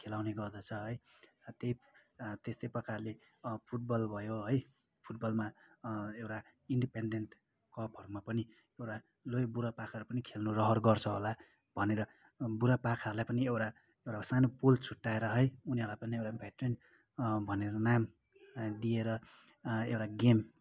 खेलाउने गर्दछ है त्यै त्यस्तै प्रकारले फुटबल भयो है फुटबलमा एउटा इन्डिपेन्डेन्ट कपहरूमा पनि एउटा लु है बुढापाकाहरू पनि खेल्नु रहर गर्छ होला भनेर बुढापाकाहरूलाई पनि एउटा सानो पोल छुट्टाएर है उनीहरूलाई पनि एउटा भेटरेन भनेर नाम दिएर एउटा गेम